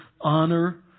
honor